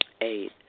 Eight